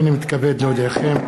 הנני מתכבד להודיעכם,